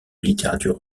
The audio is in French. littérature